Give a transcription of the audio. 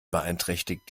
beeinträchtigt